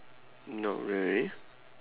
not really